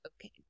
okay